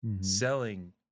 selling